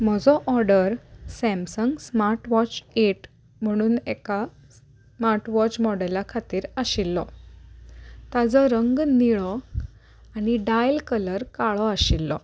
म्हजो order Samsung smart watch eight म्हणून एका स्मार्ट वॉच मॉडेला खातीर आशिल्लो ताजो रंग निळो आनी डायल कलर काळो आशिल्लो